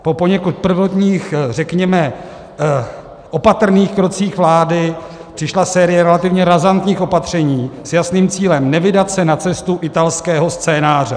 Po poněkud prvotních, řekněme, opatrných krocích vlády přišla série relativně razantních opatření s jasným cílem: nevydat se na cestu italského scénáře.